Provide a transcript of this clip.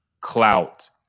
clout